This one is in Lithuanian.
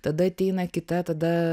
tada ateina kita tada